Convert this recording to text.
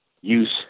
use